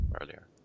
earlier